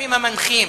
הקווים המנחים,